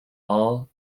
all